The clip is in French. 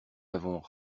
avons